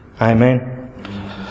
amen